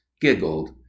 giggled